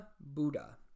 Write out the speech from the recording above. Buddha